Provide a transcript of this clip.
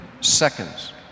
seconds